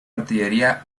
artillería